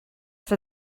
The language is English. for